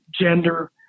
gender